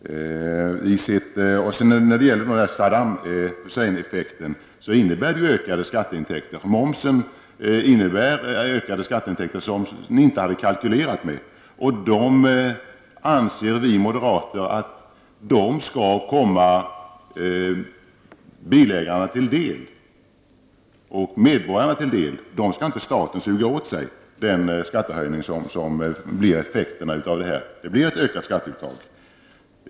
Saddam Hussein-effekten ger ökade skatteintäkter, för momsen innebär ju ökade skatteintäkter som ni inte hade kalkylerat. Vi moderater anser att dessa skall komma bilägarna och medborgarna till del. Staten skall inte suga åt sig intäkterna från den skattehöjning som alltså blir en effekt här. Det blir således ett ökat skatteuttag.